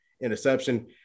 interception